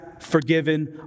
forgiven